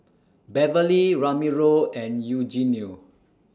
Beverly Ramiro and Eugenio